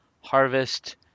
harvest